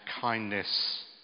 kindness